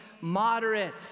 moderate